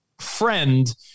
friend